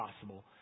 possible